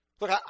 Look